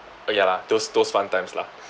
ya lah those those fun times lah